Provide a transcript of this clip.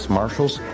marshals